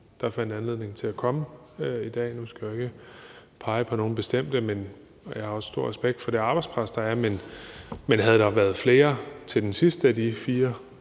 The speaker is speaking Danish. der fandt anledning til at komme i dag. Nu skal jeg jo ikke pege på nogle bestemte, og jeg har også stor respekt for det arbejdspres, der er. Men om der havde været flere til behandlingen af det